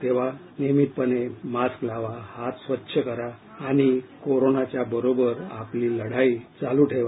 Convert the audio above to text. तेव्हा नियमीतपणे मास्क लावा हात स्वच्छ करा आणि कोरोनाच्या बरोबर आपली लढाई चालू ठेवा